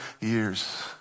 years